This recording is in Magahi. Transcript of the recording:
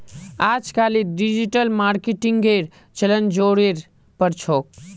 अजकालित डिजिटल मार्केटिंगेर चलन ज़ोरेर पर छोक